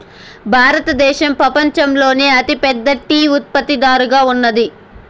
భారతదేశం పపంచంలోనే అతి పెద్ద టీ ఉత్పత్తి దారుగా ఉన్నాది